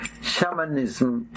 shamanism